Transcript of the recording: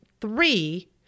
three